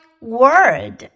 word